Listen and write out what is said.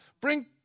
bring